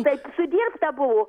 taip sudirbta buvo